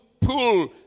pull